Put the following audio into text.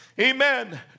Amen